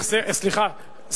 סליחה.